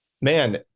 man